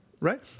right